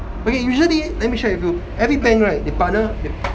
okay usually let me share with you every bank right they partner